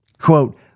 Quote